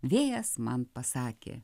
vėjas man pasakė